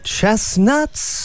Chestnuts